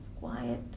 quiet